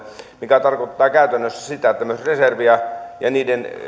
mikä tarkoittaa käytännössä sitä että myös reserviä ja